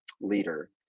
leader